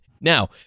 Now